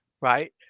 right